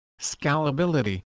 scalability